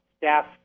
staff